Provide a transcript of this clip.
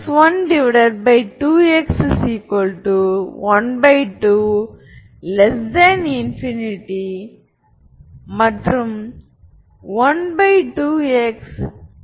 எனவே v பூஜ்யம் அல்ல என்றால்v பூஜ்ஜியமல்ல என்பதைக் குறிக்கிறது v ஒரு ஐகென் வெக்டர் ஆகும்